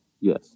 Yes